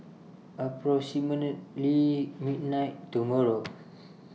approximately midnight tomorrow